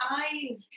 eyes